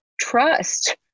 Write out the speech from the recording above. trust